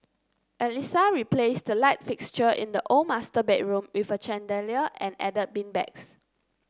Alissa replaced the light fixture in the old master bedroom with a chandelier and added beanbags